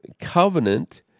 covenant